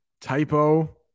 typo